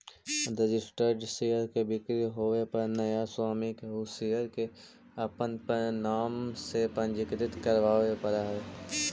registered share के बिक्री होवे पर नया स्वामी के उ शेयर के अपन नाम से पंजीकृत करवावे पड़ऽ हइ